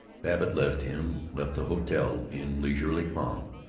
babbitt left him, left the hotel, in leisurely calm.